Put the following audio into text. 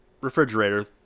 refrigerator